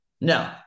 No